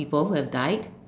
people who have died